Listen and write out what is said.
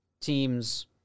teams